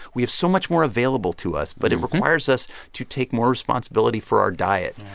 we have so much more available to us, but it requires us to take more responsibility for our diet,